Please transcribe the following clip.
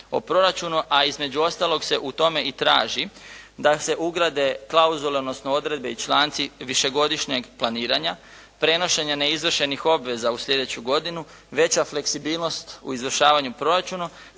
o proračunu. A između ostalog se u tome i traži da se ugrade klauzule odnosno odredbe i članci višegodišnjeg planiranja, prenošenja neizvršenih obveza u sljedeću godinu, veća fleksibilnost u izvršavanju proračuna